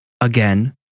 Again